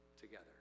together